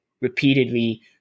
repeatedly